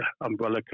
umbrella